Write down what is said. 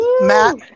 Matt